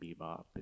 Bebop